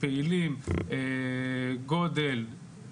גודל,